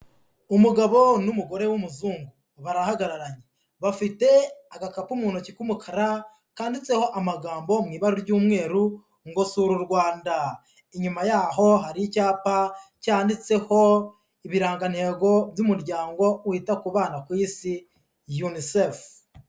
Umugabo n'umugore w'umuzungu barahagararanye, bafite agakapu mu ntoki k'umukara kanditseho amagambo mu ibara ry'umweru ngo sura u Rwanda, inyuma yaho hari icyapa cyanditseho ibirangantego by'umuryango wita ku bana ku isi unicef.